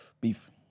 Beef